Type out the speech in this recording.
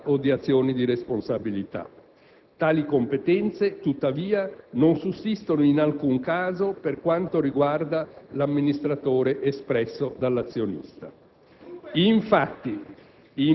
ma non anche di revoca o di azioni di responsabilità. Tali competenze, tuttavia, non sussistono in alcun caso per quanto riguarda l'amministratore espresso dall'azionista.